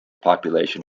population